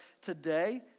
today